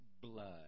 blood